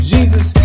Jesus